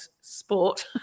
sport